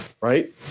right